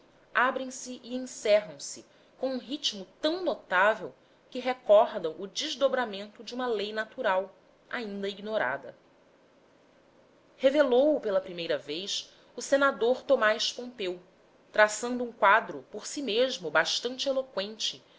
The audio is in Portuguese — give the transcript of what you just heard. abrem-se e encerram se com um ritmo tão notável que recordam o desdobramento de uma lei natural ainda ignorada revelou o pela primeira vez o senador tomás pompeu traçando um quadro por si mesmo bastante eloqüente